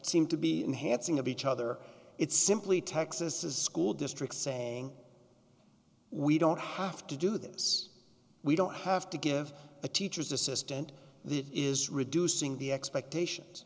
seem to be enhancing of each other it's simply texas a school district saying we don't have to do this we don't have to give a teacher's assistant the is reducing the expectations